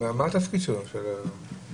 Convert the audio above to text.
בהתייחס לשאלות שהעלו חברי הוועדה,